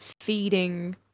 feeding